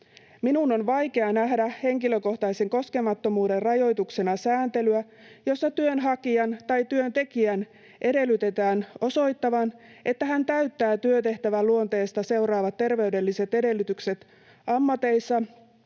Minun on vaikea nähdä henkilökohtaisen koskemattomuuden rajoituksena sääntelyä, jossa työnhakijan tai työntekijän edellytetään osoittavan, että hän täyttää työtehtävän luonteesta seuraavat terveydelliset edellytykset ammateissa,